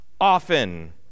often